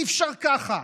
אי-אפשר ככה.